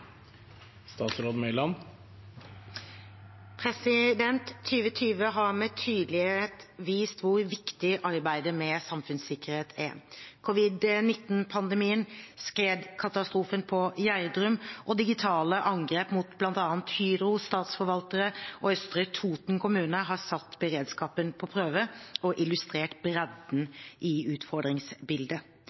har med tydelighet vist hvor viktig arbeidet med samfunnssikkerhet er. Covid-19-pandemien, skredkatastrofen i Gjerdrum og digitale angrep mot bl.a. Hydro, statsforvaltere og Østre Toten kommune har satt beredskapen på prøve og illustrert bredden i utfordringsbildet.